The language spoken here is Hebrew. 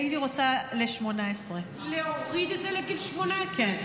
הייתי רוצה לגיל 18. להוריד את זה לגיל 18?